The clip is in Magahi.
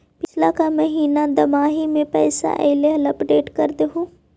पिछला का महिना दमाहि में पैसा ऐले हाल अपडेट कर देहुन?